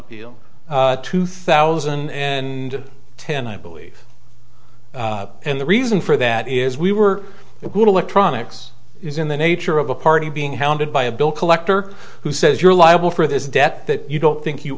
appeal two thousand and ten i believe and the reason for that is we were a good electronics is in the nature of a party being hounded by a bill collector who says you're liable for this debt that you don't think